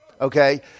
Okay